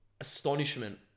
astonishment